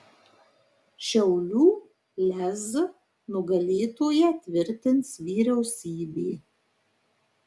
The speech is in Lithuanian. šiaulių lez nugalėtoją tvirtins vyriausybė